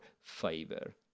favor